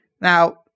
Now